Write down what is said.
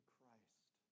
Christ